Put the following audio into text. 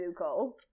Zuko